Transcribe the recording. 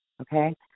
okay